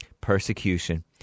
Persecution